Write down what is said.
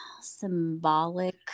symbolic